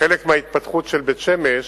חלק מההתפתחות של בית-שמש